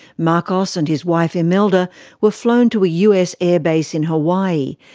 marcos and his wife imelda were flown to a us air base in hawaii,